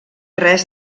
res